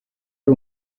ari